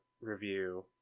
review